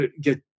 get